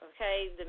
okay